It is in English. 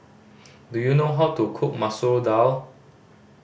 do you know how to cook Masoor Dal